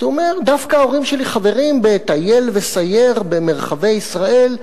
אז הוא אומר: דווקא ההורים שלי חברים ב"טייל וסייר במרחבי ישראל",